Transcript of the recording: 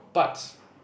but